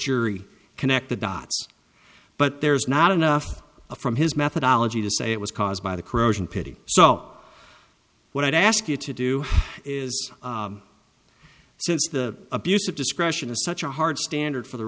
jury connect the dots but there's not enough from his methodology to say it was caused by the corrosion pity so what i'd ask you to do is since the abuse of discretion is such a hard standard for the